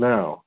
Now